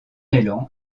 élan